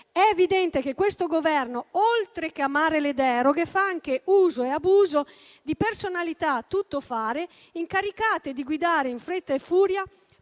È evidente che questo Governo, oltre che amare le deroghe, fa anche uso e abuso di personalità tuttofare incaricate di guidare in fretta e furia